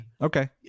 Okay